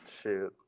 Shoot